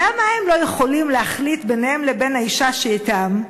למה הם לא יכולים להחליט ביניהם לבין האישה שאתם,